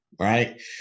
Right